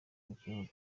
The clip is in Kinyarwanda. umukinnyi